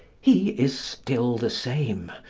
he is still the same.